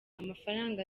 amafaranga